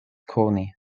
koni